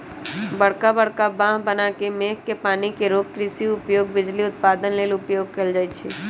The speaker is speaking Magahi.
बरका बरका बांह बना के मेघ के पानी के रोक कृषि उपयोग, बिजली उत्पादन लेल उपयोग कएल जाइ छइ